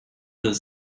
the